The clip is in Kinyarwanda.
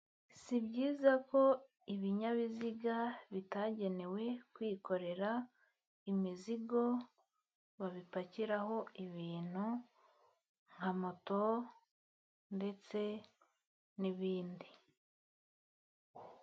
Si byiza ko ibinyabiziga bitagenewe kwikorera imizigo babipakiraho ibintu nka moto ndetse n'ibindi.